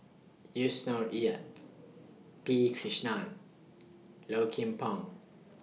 Yusnor Ef P Krishnan Low Kim Pong